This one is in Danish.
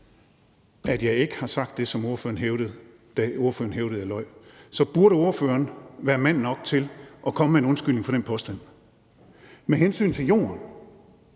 at jeg ikke har sagt det, som ordføreren hævdede, da ordføreren hævdede, at jeg løj. Så burde ordføreren være mand nok til at komme med en undskyldning for den påstand. Med hensyn til jorden